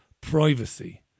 privacy